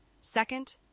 Second